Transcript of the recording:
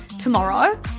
tomorrow